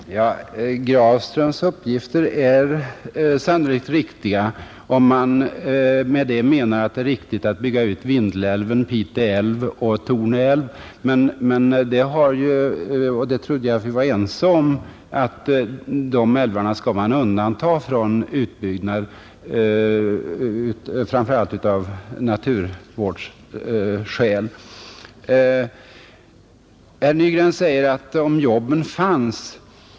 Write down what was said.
Herr talman! Grafströms uppgifter är sannolikt riktiga, om man menar att det är riktigt att bygga ut Vindelälven, Pite älv och Torne älv. Jag trodde vi var ense om att man skall undanta de älvarna från utbyggnad, framför allt av naturvårdsskäl. Herr Nygren använde formuleringen ”om jobben fanns”.